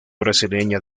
brasileña